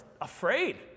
afraid